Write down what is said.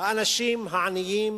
האנשים העניים